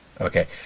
Okay